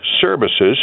services